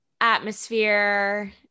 atmosphere –